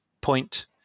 point